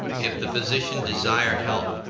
if the physician desire help,